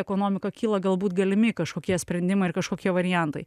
ekonomika kyla galbūt galimi kažkokie sprendimai ir kažkokie variantai